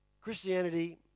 Christianity